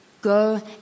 Go